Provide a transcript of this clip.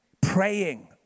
Praying